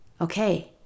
Okay